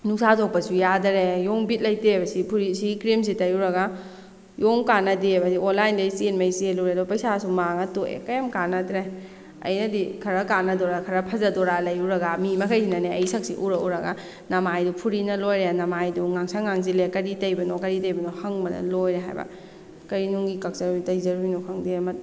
ꯅꯨꯡꯁꯥ ꯊꯣꯛꯄꯁꯨ ꯌꯥꯗꯔꯦ ꯌꯦꯡꯉꯣ ꯕꯤꯠ ꯂꯩꯇꯦꯕ ꯁꯤ ꯐꯨꯔꯤ ꯁꯤ ꯀ꯭ꯔꯤꯝꯁꯤ ꯇꯩꯔꯨꯔꯒ ꯌꯦꯡꯉꯣ ꯀꯥꯟꯅꯗꯦꯕ ꯑꯣꯟꯂꯥꯏꯟꯗꯩ ꯆꯦꯟꯈꯩ ꯆꯦꯜꯂꯨꯔꯒ ꯄꯩꯁꯥꯁꯨ ꯃꯥꯡꯉ ꯇꯣꯛꯑꯦ ꯀꯩꯝ ꯀꯥꯟꯅꯗ꯭ꯔꯦ ꯑꯩꯅꯗꯤ ꯈꯔ ꯀꯥꯟꯅꯗꯣꯏꯔꯥ ꯈꯔ ꯐꯖꯗꯣꯏꯔꯥ ꯂꯩꯔꯨꯔꯒ ꯃꯤ ꯃꯈꯩꯅꯅꯦ ꯑꯩ ꯁꯛꯁꯤ ꯎꯔ ꯎꯔꯒ ꯅꯃꯥꯏꯗꯨ ꯐꯨꯔꯤꯅ ꯂꯣꯏꯔꯦ ꯅꯃꯥꯏꯗꯣ ꯉꯥꯡꯁꯪ ꯉꯥꯡꯁꯤꯜꯂꯦ ꯀꯔꯤ ꯇꯩꯕꯅꯣ ꯀꯔꯤ ꯇꯩꯕꯅꯣ ꯍꯪꯕꯗ ꯂꯣꯏꯔꯦ ꯍꯥꯏꯕ ꯀꯔꯤꯅꯨꯡꯒꯤ ꯀꯛꯆꯔꯨꯏ ꯇꯩꯖꯔꯨꯏꯅꯣ ꯈꯪꯗꯦ